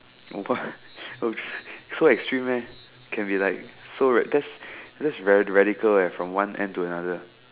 what so extreme meh can be like so ra~ that's that's very radical eh from one end to another